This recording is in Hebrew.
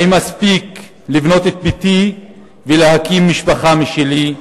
האם אספיק לבנות את ביתי ולהקים משפחה משלי?